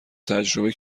تجربه